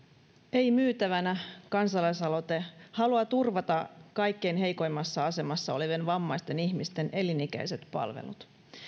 ei myytävänä kansalaisaloite haluaa turvata kaikkein heikoimmassa asemassa olevien vammaisten ihmisten elinikäiset palvelut